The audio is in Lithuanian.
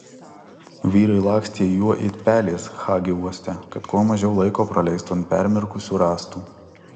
vyrai lakstė juo it pelės hagi uoste kad kuo mažiau laiko praleistų ant permirkusių rąstų